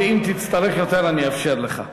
ואם תצטרך יותר אני אאפשר לך.